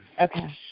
Okay